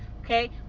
Okay